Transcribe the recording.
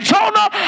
Jonah